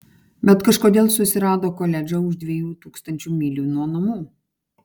bet kažkodėl susirado koledžą už dviejų tūkstančių mylių nuo namų